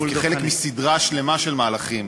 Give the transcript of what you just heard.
כחלק מסדרה שלמה של מהלכים,